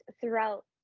throughout